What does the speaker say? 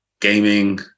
gaming